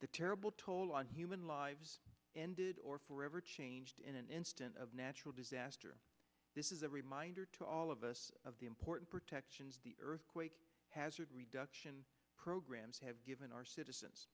the terrible toll on human lives ended or forever changed in an instant of natural disaster this is a reminder to all of us of the important protections the earthquake hazard reduction programs have given our citizens